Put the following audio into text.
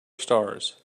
stars